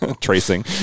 Tracing